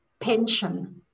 pension